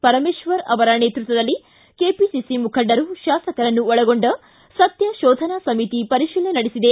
ಪರಮೇಶ್ವರ್ ನೇತೃತ್ವದಲ್ಲಿ ಕೆಪಿಸಿಸಿ ಮುಖಂಡರು ಶಾಸಕರನ್ನು ಒಳಗೊಂಡ ಸತ್ಯಶೋಧನಾ ಸಮಿತಿ ಪರಿಶೀಲನೆ ನಡೆಸಿದೆ